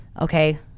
okay